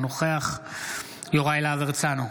אינו נוכח יוראי להב הרצנו,